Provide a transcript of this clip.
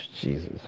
Jesus